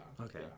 Okay